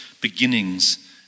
beginnings